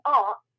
art